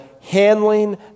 handling